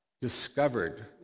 discovered